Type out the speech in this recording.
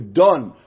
done